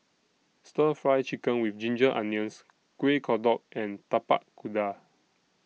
Stir Fry Chicken with Ginger Onions Kuih Kodok and Tapak Kuda